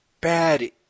bad